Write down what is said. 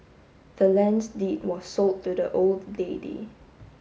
the land's deed was sold to the old lady